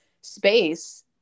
space